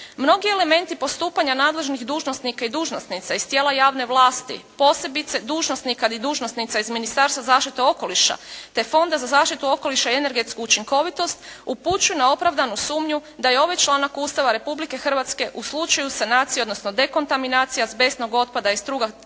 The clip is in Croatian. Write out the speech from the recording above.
Mnogi elementi postupanja nadležnih dužnosnika i dužnosnica iz tijela javne vlasti posebice dužnosnika ili dužnosnica iz Ministarstva za zaštitu okoliša te Fonda za zaštitu okoliša i energetsku učinkovitost upućuje na opravdanu sumnju da je ovaj članak Ustava Republike Hrvatske u slučaju sanacije odnosno dekontaminacije azbestnog otpada iz kruga tvornice